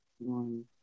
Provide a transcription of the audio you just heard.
One